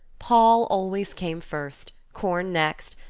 poll always came first, corn next,